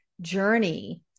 journey